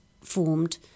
formed